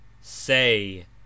say